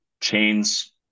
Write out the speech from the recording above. Chains